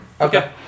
Okay